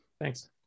Thanks